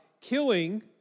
killing